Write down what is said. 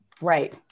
right